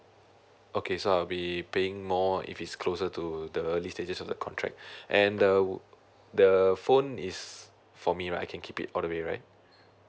okay so I'll be paying more if it's closer to the early stages of the contract and the the phone is for me right I can keep it all the way right